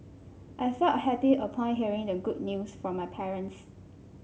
I felt happy upon hearing the good news from my parents